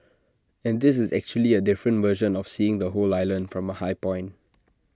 and this is actually A different version of seeing the whole island from A high point